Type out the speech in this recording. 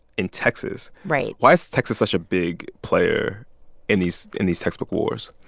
in texas right why is texas such a big player in these in these textbook wars?